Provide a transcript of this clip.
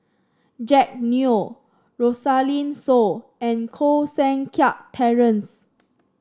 Jack Neo Rosaline Soon and Koh Seng Kiat Terence